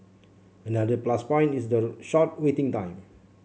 another plus point is the short waiting time